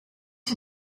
you